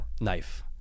knife